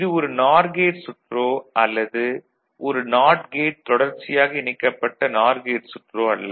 இது ஒரு NOR gate சுற்றோ அல்லது ஒரு நாட் கேட் தொடர்ச்சியாக இணைக்கப்பட்ட நார் கேட் சுற்றோ அல்ல